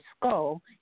skull